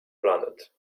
planet